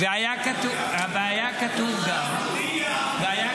והיה כתוב גם -- הרב גפני